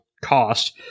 cost